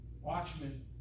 Watchmen